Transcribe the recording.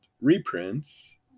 reprints